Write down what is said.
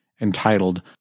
entitled